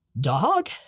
dog